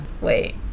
Wait